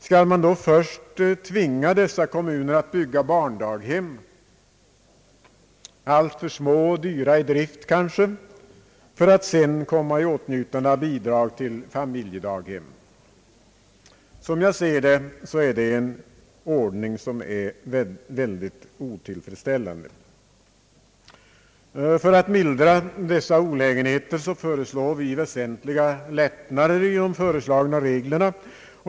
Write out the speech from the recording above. Skall man då först tvinga dessa kommuner att bygga barndaghem, kanske alltför små och dyra i drift, för att sedan komma i åtnjutande av bidrag till familjedaghem? Det är, som jag ser det, en mycket otillfredsställande ordning. För att mildra dessa olägenheter föreslår vi väsentliga lättnader i de nu framlagda reglerna.